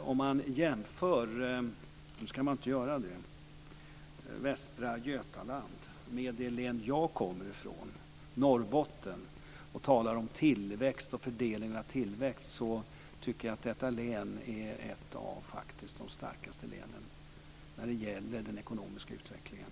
Om man jämför - nu ska man inte göra det - Västra Götaland med det län jag kommer ifrån, Norrbotten, och talar om tillväxt och fördelning av tillväxt, tycker jag faktiskt att detta är en av de starkaste regionerna som vi har i Sverige när det gäller den ekonomiska utvecklingen.